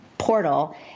portal